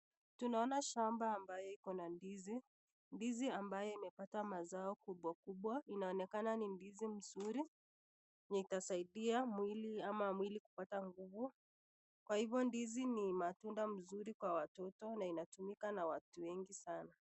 Tunaona shamba ambayo ikona ndizi. Ndizi ambayo imepata mazao kubwa kubwa, inaonekana ni ndizi mzuri na itasaidia mwili ama mwili kupata nguvu, kwa hivo ndizi ni matunda mzuri kwa watoto na inatumika na watu wengi sana.